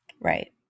Right